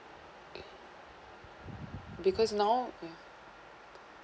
because now you know